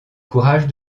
courage